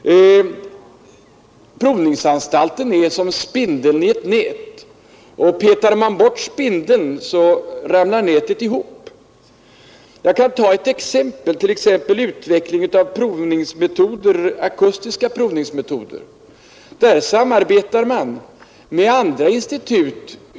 Provningsanstalten är som spindeln i ett nät, och petar man bort spindeln så ramlar nätet ihop. Vid exempelvis utprovning av akustiska provningsmetoder samarbetar man med andra institut.